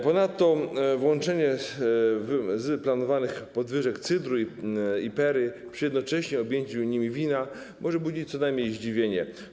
Ponadto wyłączenie z planowanych podwyżek cydru i perry przy jednoczesnym objęciu nimi wina może budzić co najmniej zdziwienie.